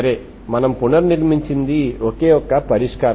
సరే మనం పునర్నిర్మించినది ఒకే ఒక్క పరిష్కారం